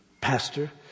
pastor